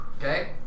Okay